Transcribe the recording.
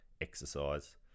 exercise